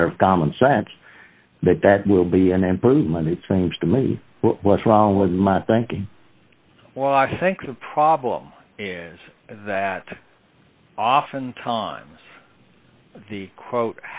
matter of common sense that that will be an improvement it seems to me what's wrong with my thinking was think the problem is that often times the quote